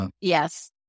yes